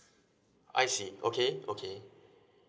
I see okay okay